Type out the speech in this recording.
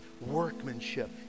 workmanship